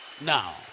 Now